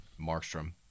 Markstrom